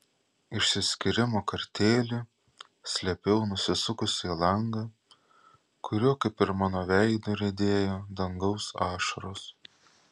išsiskyrimo kartėlį slėpiau nusisukusi į langą kuriuo kaip ir mano veidu riedėjo dangaus ašaros